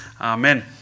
Amen